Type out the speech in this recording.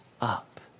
up